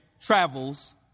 travels